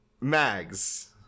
mags